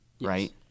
right